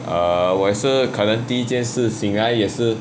err 我是可能第一件事醒来也是:wo shi ke neng di yi jianu shi xing lai ye shi